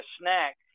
snack